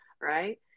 right